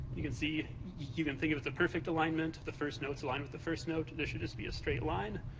you can see, you can think if it's a perfect alignment, the first note's aligned with the first note, there should just be a straight line.